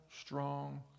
strong